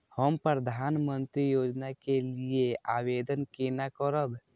हम प्रधानमंत्री योजना के लिये आवेदन केना करब?